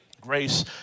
Grace